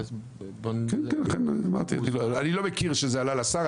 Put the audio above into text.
אי לא מכיר שזה עלה לשר,